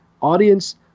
audience